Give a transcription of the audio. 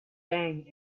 bang